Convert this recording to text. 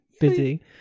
Busy